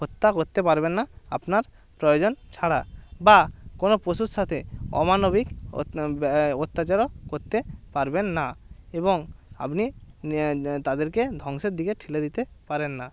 হত্যা করতে পারবেন না আপনার প্রয়োজন ছাড়া বা কোনো পশুর সাথে অমানবিক অত্যাচারও করতে পারবেন না এবং আপনি তাদেরকে ধ্বংসের দিকে ঠেলে দিতে পারেন না